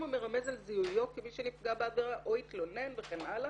המרמז על זיהויו כמי שנפגע בעבירה או התלונן וכן הלאה,